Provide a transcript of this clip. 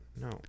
no